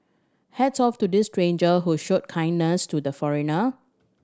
hats off to this stranger who showed kindness to the foreigner